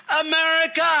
America